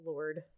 Lord